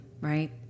right